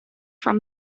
from